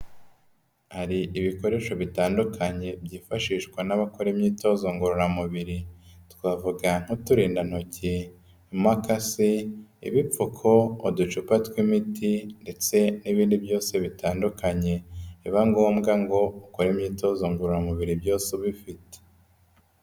Hari ibikoresho bitandukanye byifashishwa n'abakora imyitozo ngororamubiri, twavuga nk'uturindantoki, imakasi, ibipfuko, uducupa tw'imiti ndetse n'ibindi byose bitandukanye biba ngombwa ngo ukore imyitozo ngororamubiri byose ubifite.